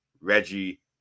Reggie